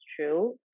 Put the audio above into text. true